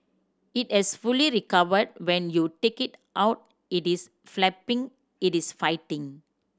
it has fully recovered when you take it out it is flapping it is fighting